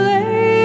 lay